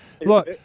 Look